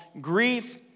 grief